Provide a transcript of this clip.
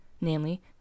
namely